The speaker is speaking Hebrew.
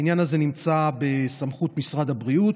העניין הזה נמצא בסמכות משרד הבריאות,